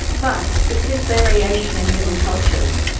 but it's this variation in human cultures,